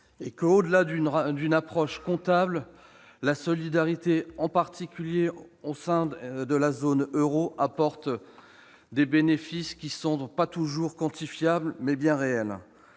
et que, au-delà de l'approche comptable, la solidarité, en particulier au sein de la zone euro, apporte des bénéfices qui, sans être toujours quantifiables, sont bien réels.